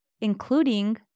including